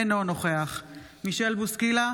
אינו נוכח מישל בוסקילה,